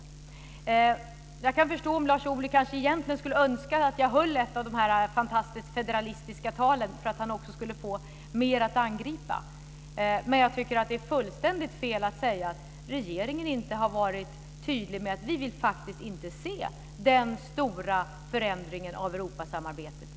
Jag kan förstå om Lars Ohly egentligen skulle önska att jag höll de fantastiska federalistiska talen för att han också skulle få mera att angripa. Men jag tycker att det är fullständigt fel att säga att regeringen inte har varit tydlig med att vi faktiskt inte vill se den stora förändringen av Europasamarbetet.